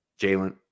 Jalen